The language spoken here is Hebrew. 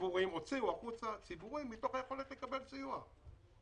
ציבורים מהיכולת לקבל סיוע.